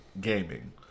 gaming